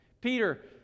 Peter